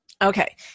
Okay